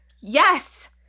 Yes